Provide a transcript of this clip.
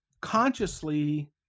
consciously